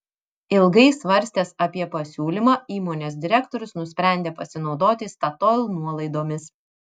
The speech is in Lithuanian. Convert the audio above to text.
ilgai svarstęs apie pasiūlymą įmonės direktorius nusprendė pasinaudoti statoil nuolaidomis